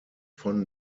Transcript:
von